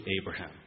Abraham